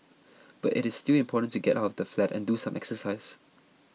but it is still important to get out of the flat and do some exercise